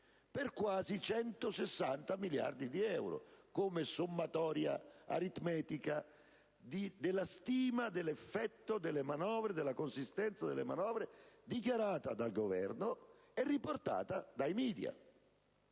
per quasi 160 miliardi di euro, come sommatoria aritmetica della stima dell'effetto della consistenza delle manovre dichiarata dal Governo e riportata dai *media*.